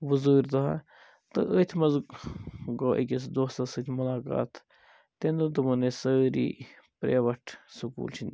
ووٚزوٗرۍ دۄہَہ تہٕ أتھۍ مَنٛز گوٚو أکِس دوستَس سۭتۍ مُلاقات تمۍ دوٚپ دوٚپُن ہے سٲری پرٛیوَٹ سکوٗل چھِنہٕ